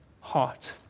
heart